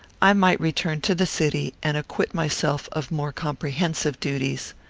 i might return to the city, and acquit myself of more comprehensive duties.